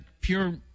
pure